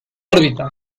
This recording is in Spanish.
órbita